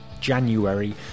January